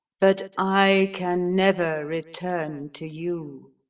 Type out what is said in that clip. but i can never return to you.